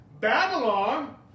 Babylon